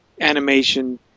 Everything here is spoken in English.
animation